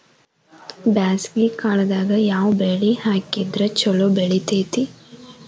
ಬ್ಯಾಸಗಿ ಕಾಲದಾಗ ಯಾವ ಬೆಳಿ ಹಾಕಿದ್ರ ಛಲೋ ಬೆಳಿತೇತಿ?